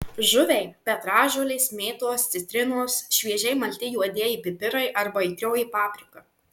žuviai petražolės mėtos citrinos šviežiai malti juodieji pipirai arba aitrioji paprika